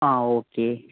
ആ ഓക്കേ